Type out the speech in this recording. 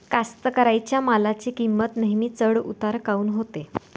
कास्तकाराइच्या मालाची किंमत नेहमी चढ उतार काऊन होते?